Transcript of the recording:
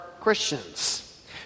Christians